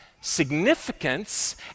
significance